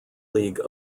league